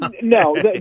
No